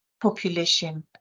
population